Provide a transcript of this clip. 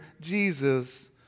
Jesus